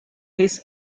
his